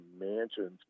mansions